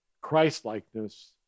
Christ-likeness